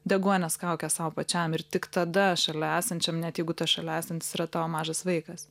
deguonies kaukę sau pačiam ir tik tada šalia esančiam net jeigu tas šalia esantis yra tavo mažas vaikas